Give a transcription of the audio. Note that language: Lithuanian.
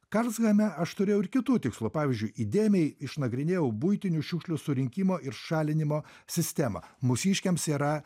karlshamne aš turėjau ir kitų tikslų pavyzdžiui įdėmiai išnagrinėjau buitinių šiukšlių surinkimo ir šalinimo sistemą mūsiškiams yra